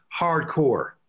hardcore